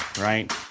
right